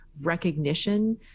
recognition